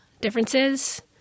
differences